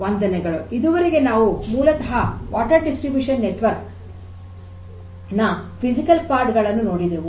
ವಂದನೆಗಳು ಇದುವರೆಗೆ ನಾವು ಮೂಲತಃ ನೀರಿನ ವಿತರಣೆಯ ನೆಟ್ವರ್ಕ್ ನ ಪಿಸಿಕಲ್ ಪಾರ್ಟ್ ಗಳನ್ನು ನೋಡಿದೆವು